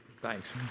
Thanks